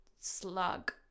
slug